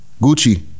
Gucci